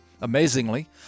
Amazingly